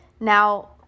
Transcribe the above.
Now